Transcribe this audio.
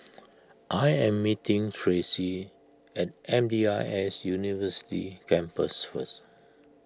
I am meeting Tracey at M D I S University Campus first